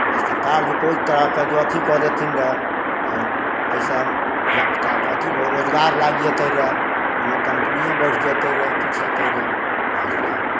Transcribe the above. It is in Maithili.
आ सरकार जे कोइ तरहके जँ अथी कऽ देथिन रहए तऽ अइसन धिया पुताकेँ अथी रोजगार लागि जयतै रहए कोनो कम्पनिए बढ़ि जयतै रहए किछु हेतै रहए ओहिसँ